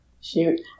shoot